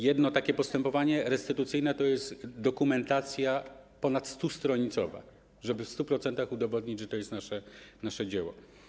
Jedno takie postępowanie restytucyjne to jest dokumentacja ponad 100-stronicowa, żeby w 100% udowodnić, że to jest nasze dzieło.